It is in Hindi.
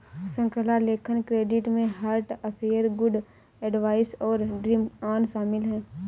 श्रृंखला लेखन क्रेडिट में हार्ट अफेयर, गुड एडवाइस और ड्रीम ऑन शामिल हैं